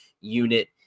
unit